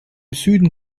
süden